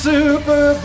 Super